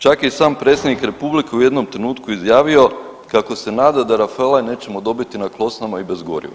Čak je i sam predsjednik republike u jednom trenutku izjavio kako se nada da Rafale nećemo dobiti na klocnama i bez goriva.